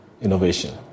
innovation